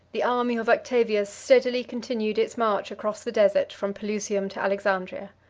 the army of octavius steadily continued its march across the desert from pelusium to alexandria.